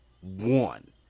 One